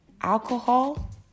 alcohol